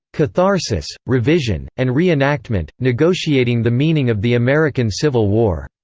catharsis, revision, and re-enactment negotiating the meaning of the american civil war,